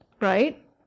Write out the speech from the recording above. right